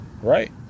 Right